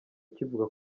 kivuga